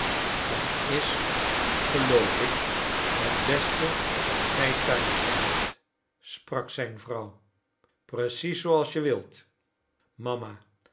het is geloof ik het beste dat gij thuis blijft sprak zijn vrouw precies zooals je wilt mama